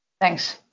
Thanks